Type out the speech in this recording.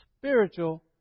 spiritual